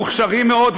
מוכשרים מאוד.